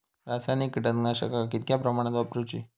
रासायनिक कीटकनाशका कितक्या प्रमाणात वापरूची?